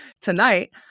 Tonight